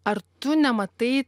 ar tu nematai